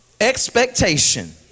expectation